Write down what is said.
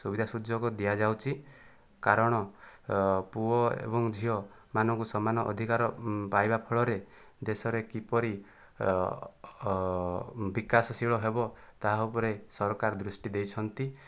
ସୁବିଧା ସୁଯୋଗ ଦିଆଯାଉଛି କାରଣ ପୁଅ ଏବଂ ଝିଅମାନଙ୍କୁ ସମାନ ଅଧିକାର ପାଇବା ଫଳରେ ଦେଶରେ କିପରି ବିକାଶଶିଳ ହେବ ତାହା ଉପରେ ସରକାର ଦୃଷ୍ଟି ଦେଇଛନ୍ତି